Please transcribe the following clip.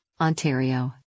Ontario